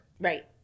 Right